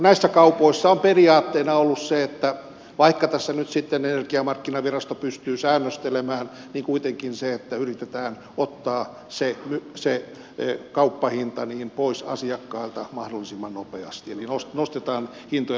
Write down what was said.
näissä kaupoissa on periaatteena ollut se vaikka tässä nyt sitten energiamarkkinavirasto pystyy säännöstelemään että yritetään ottaa se kauppahinta pois asiakkaalta mahdollisimman nopeasti eli nostetaan hintoja niin paljon kuin se on mahdollista